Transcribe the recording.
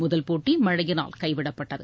முதல் போட்டி மழையினால் கைவிடப்பட்டது